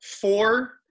four